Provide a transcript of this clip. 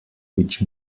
which